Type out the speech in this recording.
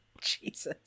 jesus